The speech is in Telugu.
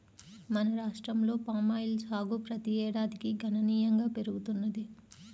మన రాష్ట్రంలో పామాయిల్ సాగు ప్రతి ఏడాదికి గణనీయంగా పెరుగుతున్నది